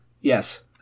Yes